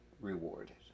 rewarded